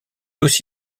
aussi